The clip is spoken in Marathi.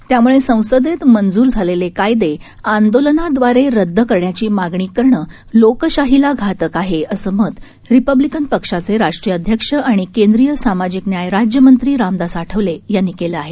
त्यामुळे संसदेत मंजूर झालेले कायदे आंदोलनाद्वारे रद्द करण्याची मागणी करणं लोकशाहीला घातक आहे असं मत रिपब्लिकन पक्षाचे राष्ट्रीय अध्यक्ष आणि केंद्रीय सामाजिक न्याय राज्यमंत्री रामदास आठवले यांनी केलं आहे